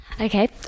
okay